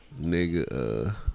Nigga